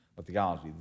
theology